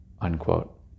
Unquote